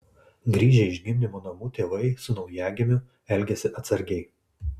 grįžę iš gimdymo namų tėvai su naujagimiu elgiasi atsargiai